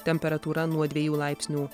temperatūra nuo dviejų laipsnių